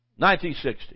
1960